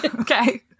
Okay